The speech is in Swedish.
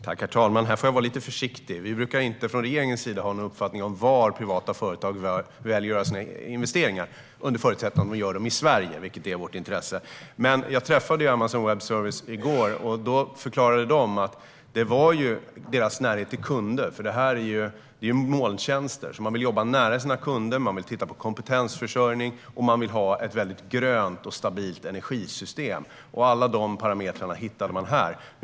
Herr talman! Här får jag vara lite försiktig. Vi brukar inte från regeringens sida ha några uppfattningar om var privata företag väljer att göra sina investeringar, under förutsättning att de gör dem i Sverige, vilket är vårt intresse. Jag träffade Amazon Web Services i går. Då förklarade de att det var deras närhet till kunder. Detta är molntjänster. De vill jobba nära sina kunder, titta på kompetensförsörjning och ha ett väldigt grönt och stabilt energisystem. Alla de parametrarna hittade man här.